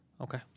Okay